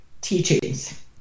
teachings